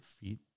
feet